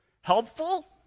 Helpful